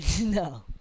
no